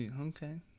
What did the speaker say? Okay